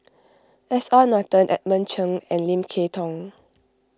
S R Nathan Edmund Cheng and Lim Kay Tong